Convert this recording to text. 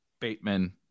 bateman